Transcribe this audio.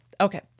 Okay